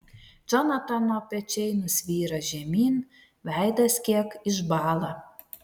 džonatano pečiai nusvyra žemyn veidas kiek išbąla